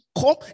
come